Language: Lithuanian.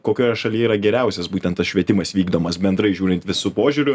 kokioje šalyje yra geriausias būtent tas švietimas vykdomas bendrai žiūrint visu požiūriu